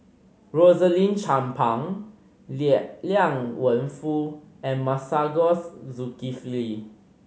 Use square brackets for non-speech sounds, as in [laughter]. Rosaline Chan Pang [unintelligible] Liang Wenfu and Masagos Zulkifli